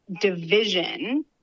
division